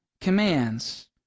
commands